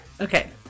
Okay